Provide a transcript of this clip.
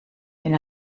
wenn